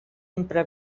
empra